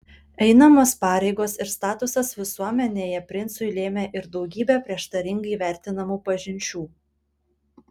einamos pareigos ir statusas visuomenėje princui lėmė ir daugybę prieštaringai vertinamų pažinčių